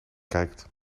kijkt